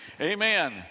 Amen